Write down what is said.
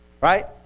right